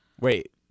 wait